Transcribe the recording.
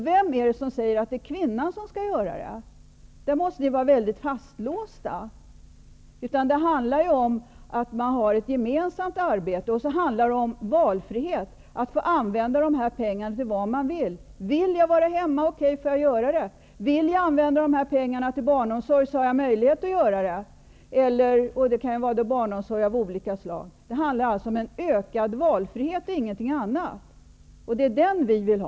Vem är det som säger att det är kvinnan som skall utföra det? Där måste ni vara mycket fastlåsta. Det handlar om att man har ett gemensamt arbete att utföra. Det handlar också om valfrihet, att få använda dessa pengar till vad man vill. Vill jag vara hemma är det okej, och då får jag vara det. Vill jag använda dessa pengar till barnomsorg, har jag möjlighet att göra det. Det kan vara barnomsorg av olika slag. Det handlar alltså om en ökad valfrihet och ingenting annat, och det är den vi vill ha.